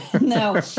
no